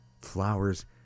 flowers